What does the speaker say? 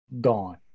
gone